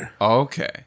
Okay